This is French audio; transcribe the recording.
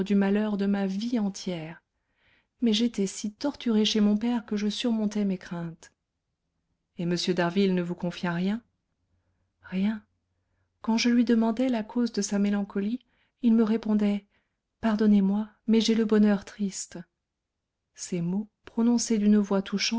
malheur de ma vie entière mais j'étais si torturée chez mon père que je surmontai mes craintes et m d'harville ne vous confia rien rien quand je lui demandais la cause de sa mélancolie il me répondait pardonnez-moi mais j'ai le bonheur triste ces mots prononcés d'une voix